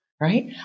Right